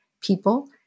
people